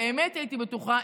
באמת הייתי בטוחה,